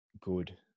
good